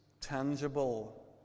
tangible